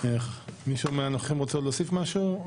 מישהו מהנוכחים רוצה עוד להוסיף משהו?